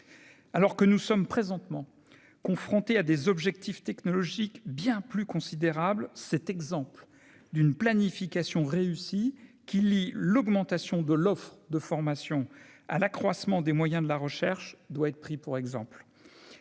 alors que nous sommes présentement confrontée à des objectifs technologiques bien plus considérables cet exemple d'une planification réussie qui lie l'augmentation de l'offre de formation à l'accroissement des moyens de la recherche doit être pris pour exemple,